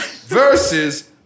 versus